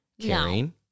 caring